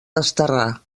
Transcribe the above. desterrar